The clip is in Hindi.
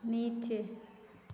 नीचे